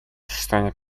что